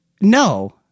no